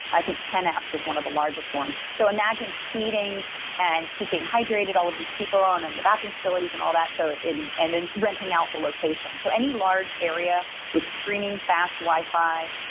i think pennapps is one of the largest ones. so imagine feeding and keeping hydrated all of these people and then the bathroom facilities and all that, so and then renting out the locations. so any large area with screaming fast wi-fi,